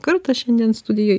kartą šiandien studijoj